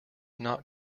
not